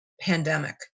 pandemic